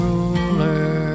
Ruler